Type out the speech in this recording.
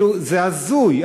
זה הזוי,